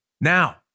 Now